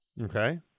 Okay